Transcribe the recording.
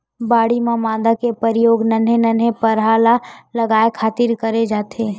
बाड़ी म मांदा के परियोग नान्हे नान्हे थरहा ल लगाय खातिर करे जाथे